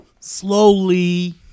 Slowly